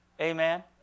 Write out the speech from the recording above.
Amen